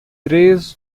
três